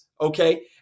okay